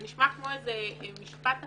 זה נשמע כמו משפט אפוקליפטי,